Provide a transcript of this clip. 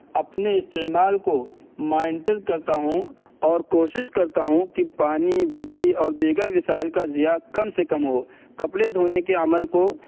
اپنے استعمال کو مائنٹر کرتا ہوں اور کوشش کرتا ہوں کہ پانی بجلی اور دیگر وسائل کا ضیاع کم سے کم ہو کپڑے دھونے کے عمل کو